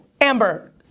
Amber